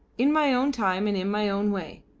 in my own time and in my own way.